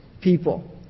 people